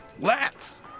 lats